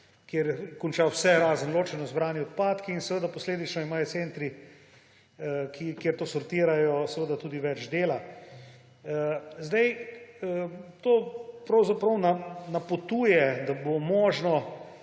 kjer konča vse, razen ločeno zbranih odpadkov. In posledično imajo centri, kjer to sortirajo, zato tudi več dela. To pravzaprav napotuje, da bo možno